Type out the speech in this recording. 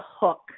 hook